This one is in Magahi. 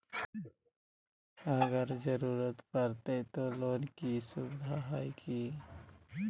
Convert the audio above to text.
अगर जरूरत परते तो लोन के सुविधा है की?